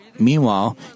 Meanwhile